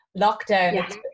lockdown